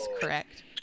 correct